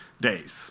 days